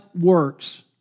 works